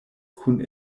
kun